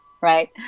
right